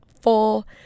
full